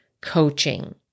coaching